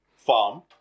Farm